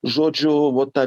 žodžiu vot ta versija